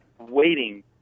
waiting